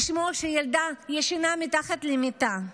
לשמוע שילדה ישנה מתחת למיטה.